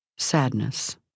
sadness